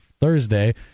Thursday